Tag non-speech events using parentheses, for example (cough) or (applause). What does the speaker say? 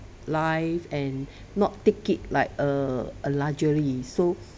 life and (breath) not take it like a a luxury so (noise)